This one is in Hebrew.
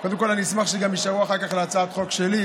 קודם כול אני אשמח שגם תישארו אחר כך להצעת החוק שלי,